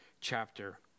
chapter